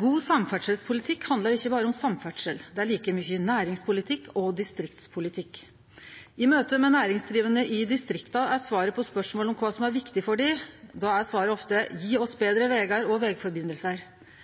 God samferdselspolitikk handlar ikkje berre om samferdsel – det er like mykje næringspolitikk og distriktspolitikk. I møte med næringsdrivande i distrikta er svaret på spørsmålet om kva som er viktig for dei, ofte: Gje oss betre vegar og